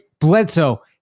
Bledsoe